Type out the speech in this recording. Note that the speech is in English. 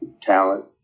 talent